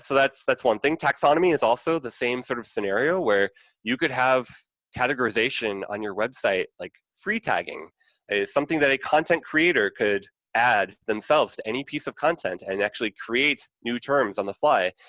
so that's that's one thing. taxonomy is also the same sort of scenario, where you could have categorization on your website, like free tagging is something that a content creator could add themselves to any piece of content and actually create new terms on the fly,